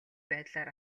байдлаар